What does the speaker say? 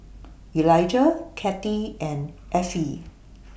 Elijah Cathi and Effie